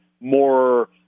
more